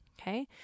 Okay